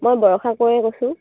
মই বৰষা কোঁৱৰে কৈছোঁ